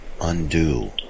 undo